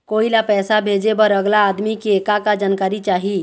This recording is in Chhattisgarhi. कोई ला पैसा भेजे बर अगला आदमी के का का जानकारी चाही?